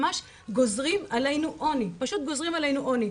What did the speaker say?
ממש גוזרים עלינו עוני, פשוט גוזרים עלינו עוני.